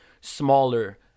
smaller